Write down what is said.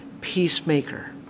peacemaker